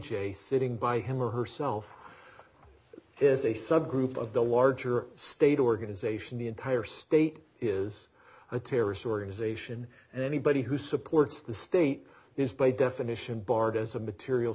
j sitting by him or herself is a subgroup of the larger state organization the entire state is a terrorist organization and anybody who supports the state is by definition barred as a material